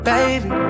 Baby